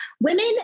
women